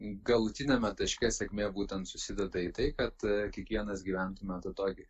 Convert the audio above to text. galutiniame taške sėkmė būtent susideda į tai kad kiekvienas gyventume tokį